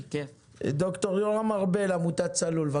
בכיף, אני אשמח.